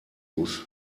muss